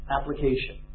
application